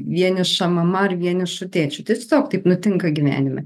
vieniša mama ar vienišu tėčiu tiesiog taip nutinka gyvenime